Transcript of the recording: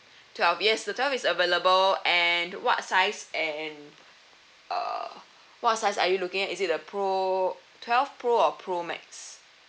twelve yes the twelve is available and what size and uh what size are you looking at is it the pro twelve pro or pro max